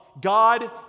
God